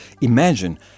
Imagine